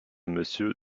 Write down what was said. monsieur